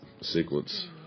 sequence